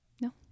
No